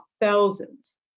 thousands